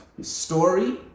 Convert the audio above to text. story